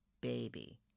baby